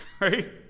Right